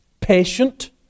patient